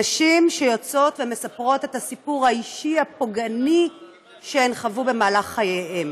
נשים שמספרות את הסיפור האישי הפוגעני שהן חוו במהלך חייהן,